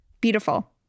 Beautiful